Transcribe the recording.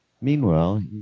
Meanwhile